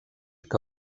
que